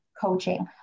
coaching